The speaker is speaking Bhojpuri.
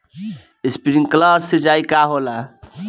स्प्रिंकलर सिंचाई का होला?